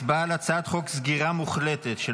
הצבעה על הצעת חוק סגירה מוחלטת של